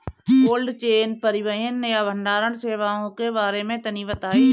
Cold chain परिवहन या भंडारण सेवाओं के बारे में तनी बताई?